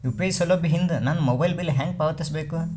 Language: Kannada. ಯು.ಪಿ.ಐ ಸೌಲಭ್ಯ ಇಂದ ನನ್ನ ಮೊಬೈಲ್ ಬಿಲ್ ಹೆಂಗ್ ಪಾವತಿಸ ಬೇಕು?